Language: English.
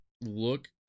look